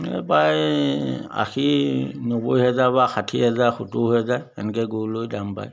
এই প্ৰায় আশী নব্বৈ হেজাৰ বা ষাঠি হেজাৰ সত্তৰ হেজাৰ এনেকৈ গৰু লৈ দাম পায়